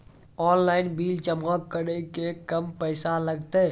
Online bill जमा करै से कम पैसा लागतै?